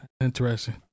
Interesting